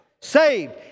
Saved